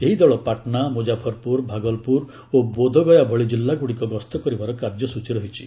ଏହି ଦଳ ପାଟ୍ନା ମୁଜାଫରପୁର ଭାଗଲପୁର ଓ ବୋଧଗୟା ଭଳି ଜିଲ୍ଲାଗୁଡ଼ିକୁ ଗସ୍ତ କରିବାର କାର୍ଯ୍ୟସୂଚୀ ରହିଛି